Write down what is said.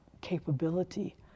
capability